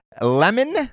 Lemon